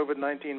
COVID-19